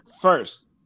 first